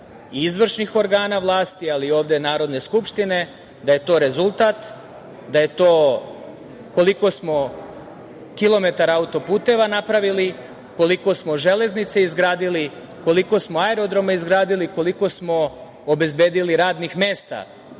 i izvršnih organa vlasti ali i ovde Narodne skupštine da je to rezultat, da je to koliko smo kilometara autoputeva napravili, koliko smo železnica izgradili, koliko smo aerodroma izgradili, koliko smo obezbedili radnih mesta